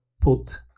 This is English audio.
put